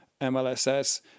MLSS